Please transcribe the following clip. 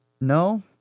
No